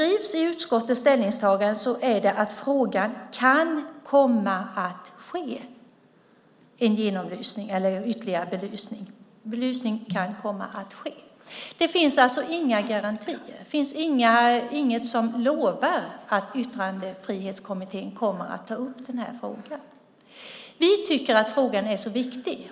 I utskottets ställningstagande står det att belysning kan komma att ske. Det finns alltså inga garantier. Det finns inget som lovar att Yttrandefrihetskommittén kommer att ta upp den här frågan. Vi tycker att frågan är så viktig.